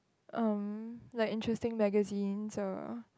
um like interesting magazines or